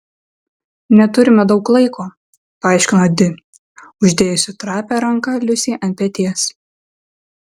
neturime daug laiko paaiškino di uždėjusi trapią ranką liusei ant peties